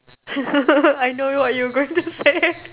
I know what you going to say